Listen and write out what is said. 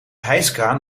hijskraan